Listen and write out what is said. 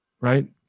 right